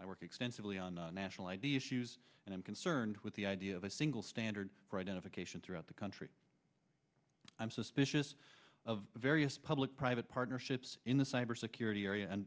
i work extensively on national id issues and i'm concerned with the idea of a single standard for identification throughout the country i'm suspicious of various public private partnerships in the cybersecurity area and